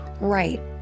Right